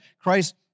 Christ